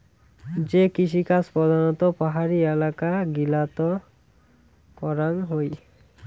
যে কৃষিকাজ প্রধানত পাহাড়ি এলাকা গিলাত করাঙ হই